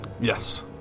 Yes